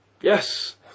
Yes